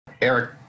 Eric